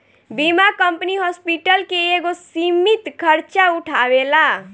बीमा company hospital के एगो सीमित खर्चा उठावेला